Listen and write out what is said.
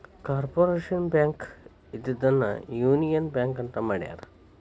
corporation bank ಇದ್ದಿದ್ದನ್ನ union bank ಅಂತ ಮಾಡ್ಯಾರ